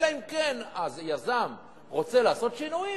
אלא אם כן היזם רוצה לעשות שינויים,